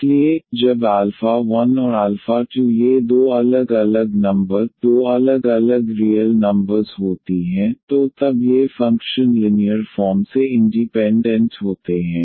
इसलिए जब 1 और 2 ये दो अलग अलग नंबर दो अलग अलग रियल नंबर्स होती हैं तो तब ये फंक्शन लिनीयर फॉर्म से इंडीपेंडेंट होते हैं